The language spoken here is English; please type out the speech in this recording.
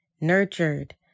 nurtured